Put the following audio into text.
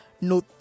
No